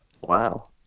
Wow